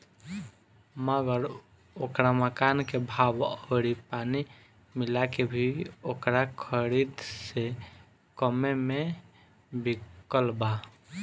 मगर ओकरा मकान के भाव अउरी पानी मिला के भी ओकरा खरीद से कम्मे मे बिकल बा